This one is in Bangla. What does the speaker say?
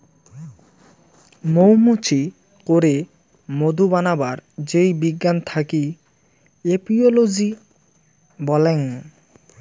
মৌ মুচি করে মধু বানাবার যেই বিজ্ঞান থাকি এপিওলোজি বল্যাং